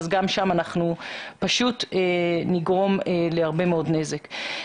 גם שם אנחנו פשוט נגרום להרבה מאוד נזק.